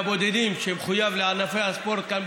מהבודדים שמחויבים לענפי הספורט כאן,